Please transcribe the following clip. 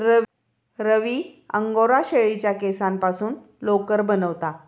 रवी angora शेळीच्या केसांपासून लोकर बनवता